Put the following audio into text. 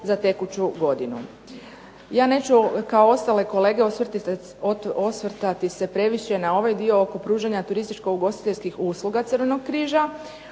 za tekuću godinu. Ja neću kao ostale kolege osvrtat se previše na ovaj dio oko pružanja turističko-ugostiteljskih usluga Crvenog križa.